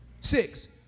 Six